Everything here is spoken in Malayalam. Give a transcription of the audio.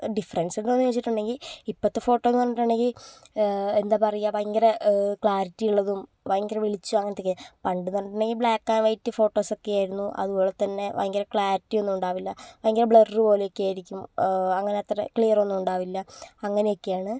ഡിഫറെൻസ് ഉണ്ടോന്ന് ചോദിച്ചിട്ടുണ്ടെങ്കിൽ ഇപ്പത്തെ ഫോട്ടോ എന്ന് പറഞ്ഞിട്ടുണ്ടെങ്കിൽ എന്താ പറയുക ഭയങ്കര ക്ലാരിറ്റി ഉള്ളതും ഭയങ്കര വെളിച്ചവും അങ്ങനത്തേക്കെ പണ്ട് എന്ന് പറഞ്ഞിട്ടുണ്ടെങ്കിൽ ബ്ലാക്ക് ആൻഡ് വൈറ്റ് ഫോട്ടോസൊക്കെ ആയിരുന്നു അതുപോലെ തന്നെ ഭയങ്കര ക്ലാരിറ്റി ഒന്നും ഉണ്ടാവില്ല ഭയങ്കര ബ്ലർ പോലെ ഒക്കെയായിരിക്കും അങ്ങനെ അത്ര ക്ലിയർ ഒന്നും ഉണ്ടാവില്ല അങ്ങനെ ഒക്കെയാണ്